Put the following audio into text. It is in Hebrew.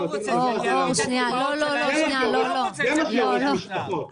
שנייה ----- זה מה שהורס משפחות.